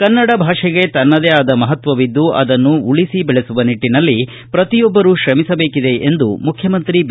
ಕನ್ನಡ ಭಾಷೆಗೆ ತನ್ನದೇ ಆದ ಮಪತ್ತವಿದ್ದು ಅದನ್ನು ಉಳಿಸಿ ಬೆಳೆಸುವ ನಿಟ್ಟನಲ್ಲಿ ಪ್ರತಿಯೊಬ್ಬರು ತ್ರಮಿಸಬೇಕಿದೆ ಎಂದು ಮುಖ್ಯಮಂತ್ರಿ ಬಿ